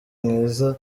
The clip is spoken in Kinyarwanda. mwiza